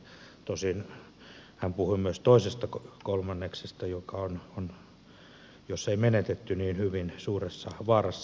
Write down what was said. tosin hän puhui myös toisesta kolmanneksesta joka on jos ei menetetty niin hyvin suuressa vaarassa